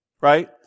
right